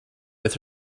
with